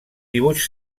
dibuix